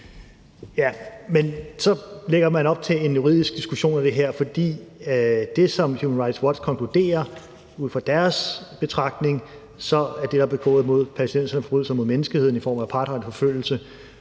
så lægger man op til en juridisk diskussion af det her. For det, som Human Rights Watch konkluderer ud fra deres betragtning, er, at det, der er begået mod palæstinenserne, er forbrydelser mod menneskeheden i form af apartheid og forfølgelse.